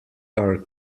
are